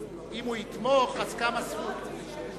אם הוא יתמוך, קמה זכות.